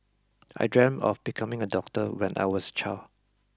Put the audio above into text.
I dreamt of becoming a doctor when I was child